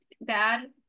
bad